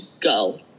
go